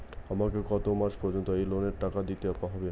আমাকে কত মাস পর্যন্ত এই লোনের টাকা দিতে হবে?